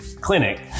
clinic